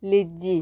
ଲିଜି